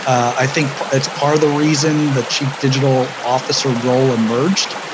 i think it's part of the reason the chief digital officer role emerged.